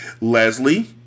Leslie